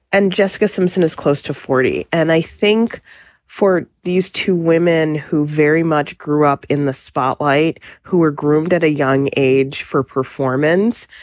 and jessica simpson is close to forty point and i think for these two women who very much grew up in the spotlight, who were groomed at a young age for performance,